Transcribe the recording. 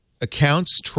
accounts